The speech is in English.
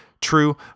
True